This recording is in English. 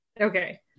Okay